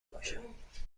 باشم